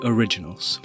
Originals